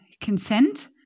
consent